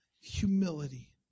humility